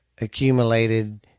accumulated